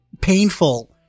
painful